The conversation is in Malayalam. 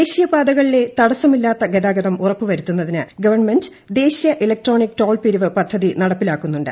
ദേശീയ പാതകളിലെ തടസ്സമില്ലാത്ത ഗതാഗതം ഉറപ്പുവരു ത്തുന്നതിന് ഗവൺമെന്റ് ദേശ്രീയ ഇലക്ട്രോണിക് ടോൾ പിരിവ് പദ്ധതി നടപ്പിലാക്കുന്നുണ്ട്